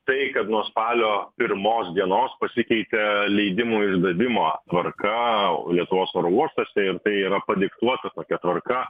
tai kad nuo spalio pirmos dienos pasikeitė leidimų išdavimo tvarka lietuvos oro uostuose ir yra padiktuota tokia tvarka